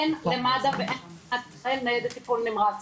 אין למד"א ואין למדינת ישראל ניידת טיפול נמרץ.